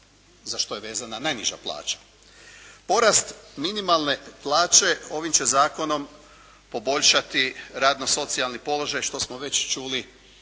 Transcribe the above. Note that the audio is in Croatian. za što je vezana najniža plaća. Porast minimalne plaće ovim će zakonom poboljšati radno-socijalni položaj što smo već čuli